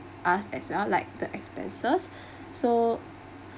us as well like the expenses so